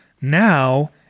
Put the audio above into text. Now